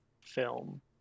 film